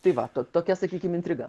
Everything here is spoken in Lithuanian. tai va to tokia sakykim intriga